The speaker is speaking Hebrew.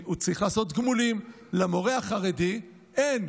הוא צריך לעשות גמולים, ולמורה החרדי אין.